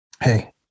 hey